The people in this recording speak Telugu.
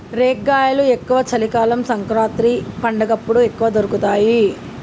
రేగ్గాయలు ఎక్కువ చలి కాలం సంకురాత్రి పండగప్పుడు ఎక్కువ దొరుకుతాయి